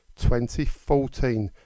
2014